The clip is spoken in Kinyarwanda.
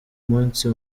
munsi